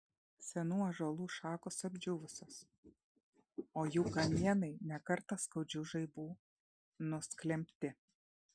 senų ąžuolų šakos apdžiūvusios o jų kamienai ne kartą skaudžių žaibų nusklembti